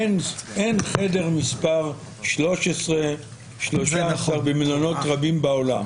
אין חדר מספר 13 במלונות רבים בעולם,